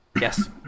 Yes